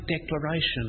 declaration